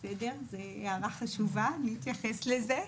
זאת הערה חשובה, אני אתייחס לזה.